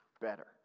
better